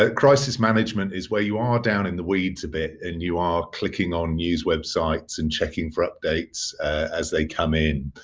ah crisis management is where you are down in the weeds a bit and you are clicking on news websites and checking for updates as they come in.